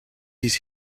his